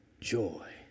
joy